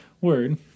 Word